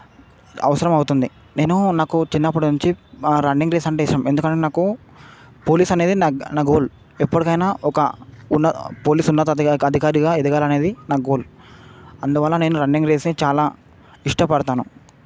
అవసరం అవుతుంది నేను నాకు చిన్నప్పుడునించి రన్నింగ్ రేస్ అంటే ఇష్టం ఎందుకంటే నాకు పోలీసనేది నా నా గోల్ ఎప్పడికయినా ఒక ఉన్న పోలీస్ ఉన్నతధికారి ఉన్నతధికారిగా ఎదగాలనేది నా గోల్ అందువల్ల నేను రన్నింగ్ రేస్ని చాలా ఇష్టపడతాను